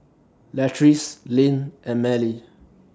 Latrice Linn and Mallie